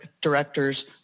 Directors